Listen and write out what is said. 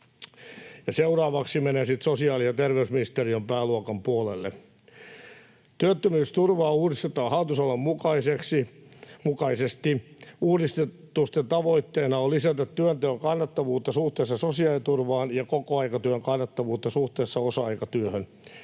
Seuraavaksi menen sitten sosiaali‑ ja terveysministeriön pääluokan puolelle. Työttömyysturvaa uudistetaan hallitusohjelman mukaisesti. Uudistusten tavoitteena on lisätä työnteon kannattavuutta suhteessa sosiaaliturvaan ja kokoaikatyön kannattavuutta suhteessa osa-aikatyöhön.